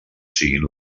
siguin